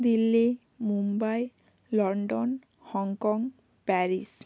Delhi Mumbai London Hong Kong Paris